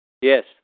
Yes